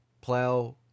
plow